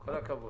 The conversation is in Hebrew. כל הכבוד.